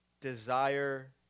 desire